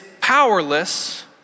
powerless